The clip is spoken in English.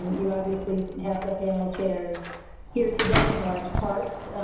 you obviously have the panel chairs here today in large parts,